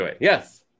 Yes